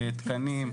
תקנים,